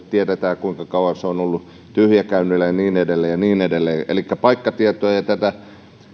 tiedetään kuinka kauan se on ollut tyhjäkäynnillä ja niin edelleen ja niin edelleen elikkä paikkatietoja tätä